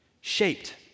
shaped